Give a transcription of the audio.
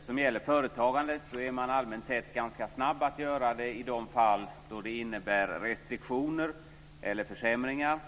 som gäller företagandet är man allmänt sett ganska snabb i de fall det innebär restriktioner eller försämringar.